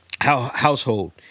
household